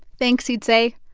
thanks, he'd say.